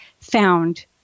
found